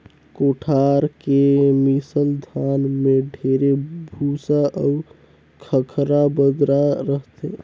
कोठार के मिसल धान में ढेरे भूसा अउ खंखरा बदरा रहथे